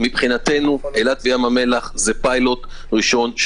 מבחינתנו, אילת וים המלח זה פיילוט ראשון.